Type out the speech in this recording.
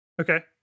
Okay